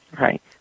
right